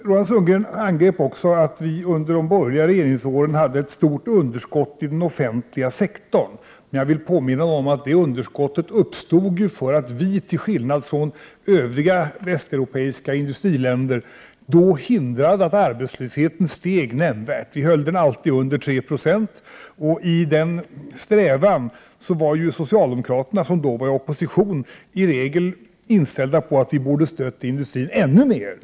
Vidare angrep Roland Sundgren också att vi under de borgerliga regeringsåren hade ett stort underskott i den offentliga sektorn. Jag vill dock påminna om att det underskottet uppstod eftersom vi, till skillnad från övriga västeuropeiska industriländer, hindrade att arbetslösheten steg nämnvärt. Vi höll den alltid under 3 26. I denna strävan var ju socialdemokraterna, som då var i opposition, i regel inställda på att vi borde stödja industrin ännu mera.